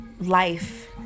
Life